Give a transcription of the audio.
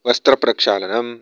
वस्त्रप्रक्षालनम्